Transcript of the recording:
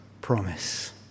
promise